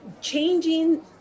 changing